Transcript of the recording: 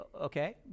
Okay